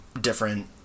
different